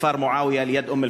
מכפר מועאוויה ליד אום-אלפחם,